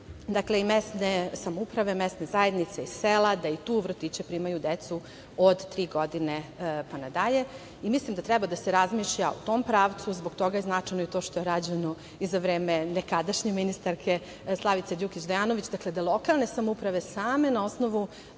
i mesne samouprave, mesne zajednice i sela, da i tu u vrtiće primaju decu od tri godine pa nadalje. Mislim da treba da se razmišlja u tom pravcu. Zbog toga je značajno i to što je rađeno i za vreme nekadašnje ministarke Slavice Đukić Dejanović, da lokalne samouprave same na osnovu